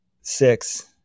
Six